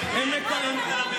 איך תרמת למדינה,